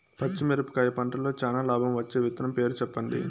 పచ్చిమిరపకాయ పంటలో చానా లాభం వచ్చే విత్తనం పేరు చెప్పండి?